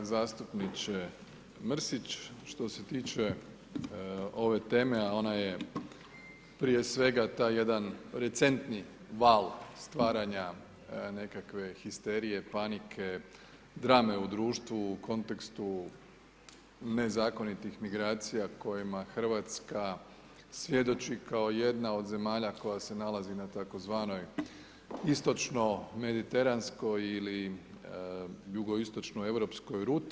Zastupniče Mrsić, što se tiče ove teme a ona je prije svega taj jedan recentni val stvaranja nekakve histerije, panike, drame u društvu u kontekstu nezakonitih migracija kojima Hrvatska svjedoči kao jedna od zemalja koja se nalazi na tzv. istočno mediteranskoj ili jugoistočnoj europskoj ruti.